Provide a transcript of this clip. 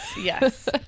Yes